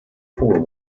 fallen